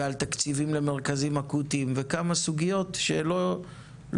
ועל תקציבים למרכזים אקוטיים וכמה סוגיות שלא